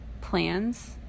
plans